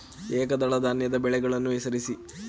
ಏಕದಳ ಧಾನ್ಯದ ಬೆಳೆಗಳನ್ನು ಹೆಸರಿಸಿ?